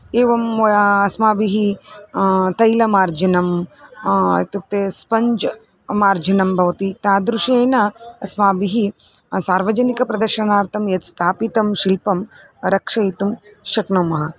एवम् अस्माभिः तैलमार्जनम् इत्युक्ते स्पञ्ज् मार्जनं भवति तादृशेन अस्माभिः सार्वजनिकप्रदर्शनार्थं यत् स्थापितं शिल्पं रक्षयितुं शक्नुमः